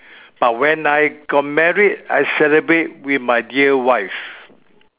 but when I got married I celebrate with my dear wife